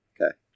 Okay